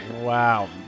Wow